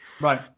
Right